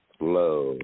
love